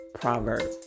proverb